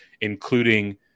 including